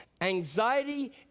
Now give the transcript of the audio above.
anxiety